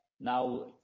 now